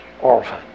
orphan